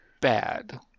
bad